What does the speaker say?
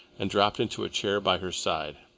and dropped into a chair by her side.